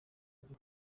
ariko